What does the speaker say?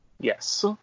Yes